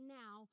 now